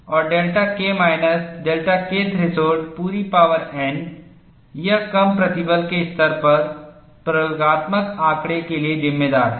और delta K minus delta K threshold पूरी power n यह कम प्रतिबल के स्तर पर प्रयोगात्मक आंकड़े के लिए जिम्मेदार है